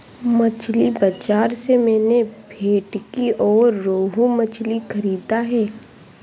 मछली बाजार से मैंने भेंटकी और रोहू मछली खरीदा है